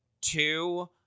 Two